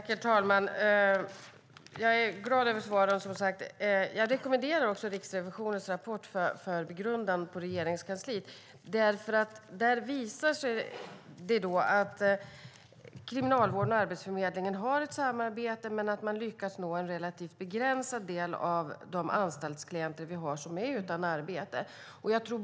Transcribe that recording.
Herr talman! Jag är som sagt glad över svaren. Jag rekommenderar också Riksrevisionens rapport för begrundande på Regeringskansliet. Där visas att Kriminalvården och Arbetsförmedlingen har ett samarbete men att man lyckas nå bara en relativt begränsad del av de anstaltsklienter som är utan arbete.